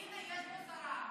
הינה, יש פה שרה.